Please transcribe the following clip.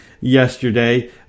yesterday